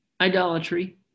idolatry